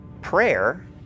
prayer